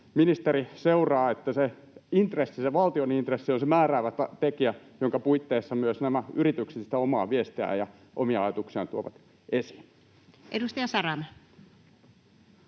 intressi, se valtion intressi, on se määräävä tekijä, jonka puitteissa myös nämä yritykset sitä omaa viestiään ja omia ajatuksiaan tuovat esiin. [Speech